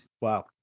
Wow